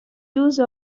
use